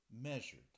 measured